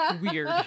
weird